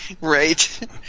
Right